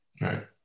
right